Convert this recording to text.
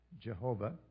Jehovah